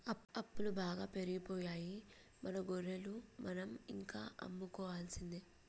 అప్పులు బాగా పెరిగిపోయాయి మన గొర్రెలు మనం ఇంకా అమ్ముకోవాల్సిందే